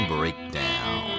Breakdown